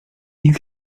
you